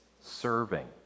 serving